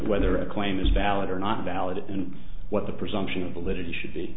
whether a claim is valid or not valid and what the presumption of political should be